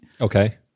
Okay